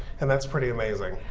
and that's pretty amazing.